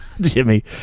Jimmy